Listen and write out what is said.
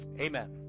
amen